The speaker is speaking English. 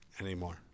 anymore